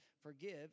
Forgive